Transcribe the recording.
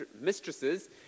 mistresses